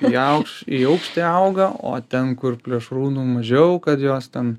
į aukš į aukštį auga o ten kur plėšrūnų mažiau kad jos ten